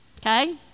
okay